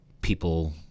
people